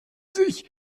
sich